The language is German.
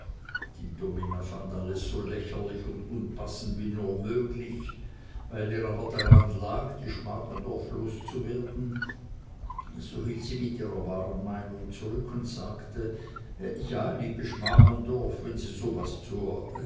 die domina fand alles so lächerlich und unpassend wie nur möglich weil ihr aber daran lag die schmargendorf loszuwerden so hielt sie mit ihrer wahren meinung zurück und sagte ja liebe schmargendorf wenn sie so was